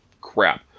crap